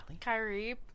Kyrie